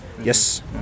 yes